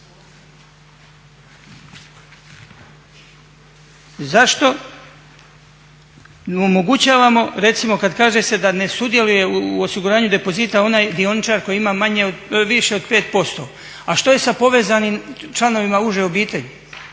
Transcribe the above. Zašto mu omogućavamo recimo kad kaže se da ne sudjeluje u osiguranju depozita onaj dioničar koji ima manje od, više od 5%? A što je sa povezanim članovima uže obitelji?